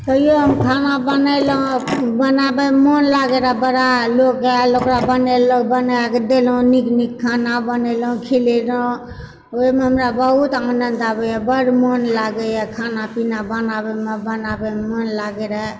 कहियो हम खाना बनेलहुँ बनाबैमे मन लागै रऽ बड़ा लोक आएल ओकरा बनेलहुँ बनाए कऽ देलहुँ नीक नीक खाना बनेलहुँ खिलेलहुँ रौ ओहिमे हमरा बहुत आनन्द आबैए बड़ मन लागैए खाना पीना बनाबएमे बनाबएमे मोन लागि रहए